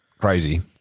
crazy